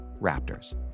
Raptors